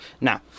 Now